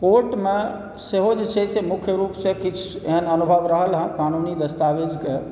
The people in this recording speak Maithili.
कोर्टमे सेहो जे छै से मुख्य रुपसे किछु एहन अनुभव रहल हैं क़ानूनी दस्तावेजकेँ